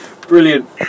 Brilliant